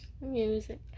Music